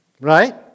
Right